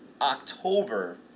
October